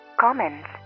comments